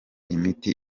imiti